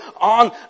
on